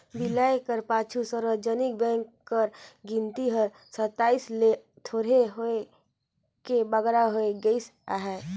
बिलाए कर पाछू सार्वजनिक बेंक कर गिनती हर सताइस ले थोरहें होय के बारा होय गइस अहे